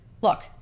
Look